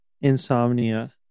insomnia